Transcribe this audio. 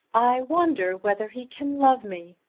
i wonder whether he can love me,